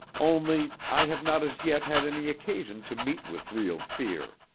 only, i have not as yet had any occasion to meet with real fear.